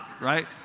right